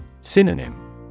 Synonym